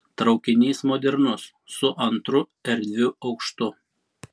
traukinys modernus su antru erdviu aukštu